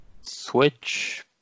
Switch